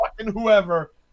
whoever